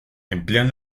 emplean